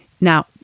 Now